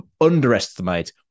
underestimate